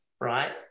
Right